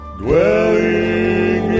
dwelling